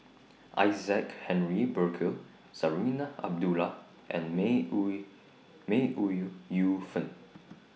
Isaac Henry Burkill Zarinah Abdullah and May Ooi May Ooi Yu Yu Fen